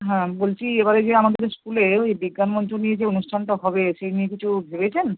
হ্যাঁ বলছি এবারে যে আমাদের স্কুলে ওই বিজ্ঞান মঞ্চ নিয়ে যে অনুষ্ঠানটা হবে সেই নিয়ে কিছু ভেবেছেন